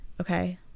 okay